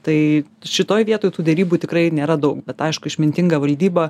tai šitoj vietoj tų derybų tikrai nėra daug bet aišku išmintinga valdyba